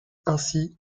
ainsi